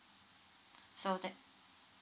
so thank